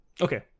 Okay